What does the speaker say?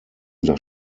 das